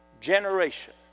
generation